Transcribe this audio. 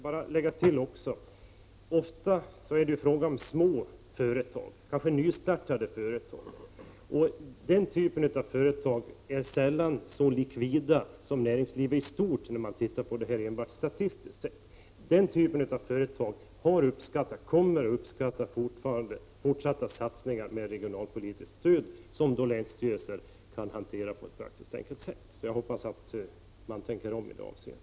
Herr talman! Jag vill bara tillägga att det ofta är fråga om små företag, kanske nystartade företag. Den typen av företag är sällan så likvida som näringslivet i stort, då man ser på dessa frågor rent statistiskt. Den typen av företag har uppskattat och kommer i fortsättningen också att uppskatta regionalpolitiskt stöd som länsstyrelserna kan hantera på ett praktiskt och enkelt sätt. Jag hoppas att statsrådet tänker om i detta avseende.